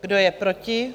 Kdo je proti?